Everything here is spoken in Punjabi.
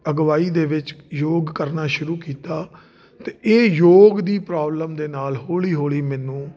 ਅਗਵਾਈ ਦੇ ਵਿੱਚ ਯੋਗ ਕਰਨਾ ਸ਼ੁਰੂ ਕੀਤਾ ਤਾਂ ਇਹ ਯੋਗ ਦੀ ਪ੍ਰੋਬਲਮ ਦੇ ਨਾਲ ਹੌਲੀ ਹੌਲੀ ਮੈਨੂੰ